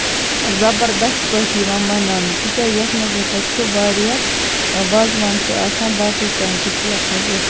زَبردست پٲٹھۍ یِوان مَناونہٕ تِکیازِ یَتھ منٛز ہسا چھِ واریاہ وازوان چھُ آسان باقٕے کامہِ تہِ چھِ یَتھ منٛز گژھان